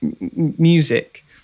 music